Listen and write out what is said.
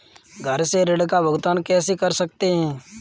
घर से ऋण का भुगतान कैसे कर सकते हैं?